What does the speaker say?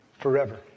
forever